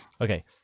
Okay